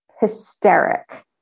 hysteric